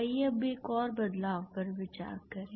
आइए अब एक और बदलाव पर विचार करें